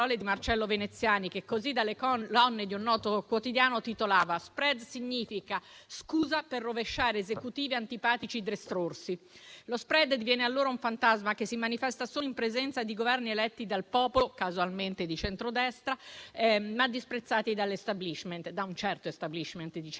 le parole di Marcello Veneziani, che così, dalle colonne di un noto quotidiano, titolava: *spread* significa "scusa per rovesciare Esecutivi antipatici destrorsi". Lo *spread* diviene allora un fantasma che si manifesta solo in presenza di Governi eletti dal popolo, casualmente di centrodestra, ma disprezzati dall'*establishment*, da un certo *establishment*, diciamo.